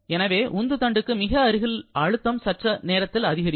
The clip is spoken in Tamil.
எனவே உந்து தண்டுக்கு மிக அருகில் அழுத்தம் சற்று நேரத்தில் அதிகரிக்கும்